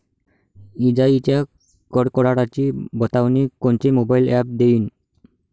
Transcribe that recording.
इजाइच्या कडकडाटाची बतावनी कोनचे मोबाईल ॲप देईन?